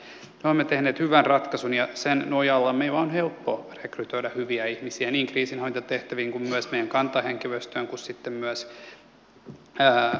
me olemme tehneet hyvän ratkaisun ja sen nojalla meillä on helppo rekrytoida hyviä ihmisiä niin kriisinhallintatehtäviin kuin meidän kantahenkilöstöömme